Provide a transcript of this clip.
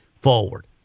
forward